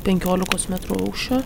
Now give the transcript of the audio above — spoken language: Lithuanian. penkiolikos metrų aukščio